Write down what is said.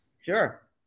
Sure